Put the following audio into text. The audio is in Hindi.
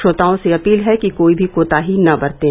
श्रोताओं से अपील है कि कोई भी कोताही न बरतें